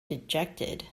dejected